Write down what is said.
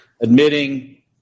admitting